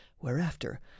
whereafter